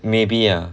maybe ah